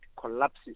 collapses